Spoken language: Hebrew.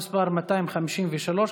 מס' 253,